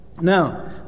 Now